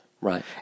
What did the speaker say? Right